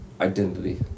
identity